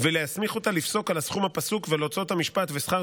ולהסמיך אותה לפסוק על הסכום הפסוק ועל הוצאות המשפט ושכר